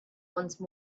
once